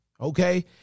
Okay